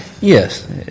Yes